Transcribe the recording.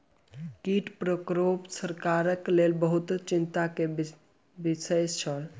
कीट प्रकोप सरकारक लेल बहुत चिंता के विषय छल